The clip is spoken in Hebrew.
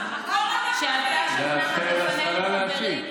לאפשר לשרה להשיב.